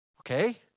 Okay